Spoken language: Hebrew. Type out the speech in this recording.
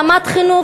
רמת חינוך,